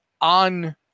on